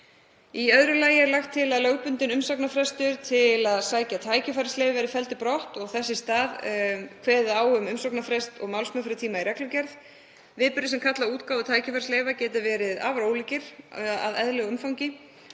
Í öðru lagi er lagt til að lögbundinn frestur til að sækja um tækifærisleyfi verði felldur brott og þess í stað kveðið á um umsóknarfrest og málsmeðferðartíma í reglugerð. Viðburðir sem kalla á útgáfu tækifærisleyfa geta verið afar ólíkir að eðli og umfangi.